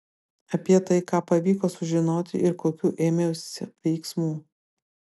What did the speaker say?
apie tai ką pavyko sužinoti ir kokių ėmiausi veiksmų